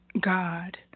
God